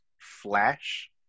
Flash